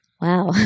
wow